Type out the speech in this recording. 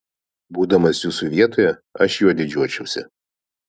būdamas jūsų vietoje aš juo didžiuočiausi